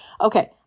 Okay